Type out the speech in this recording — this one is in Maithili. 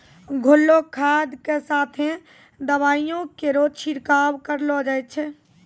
घोललो खाद क साथें दवाइयो केरो छिड़काव करलो जाय छै?